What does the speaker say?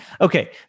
Okay